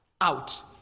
out